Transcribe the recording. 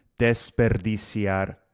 Desperdiciar